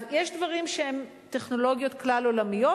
אז יש דברים שהם טכנולוגיות כלל-עולמיות,